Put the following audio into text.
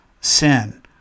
sin